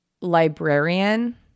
librarian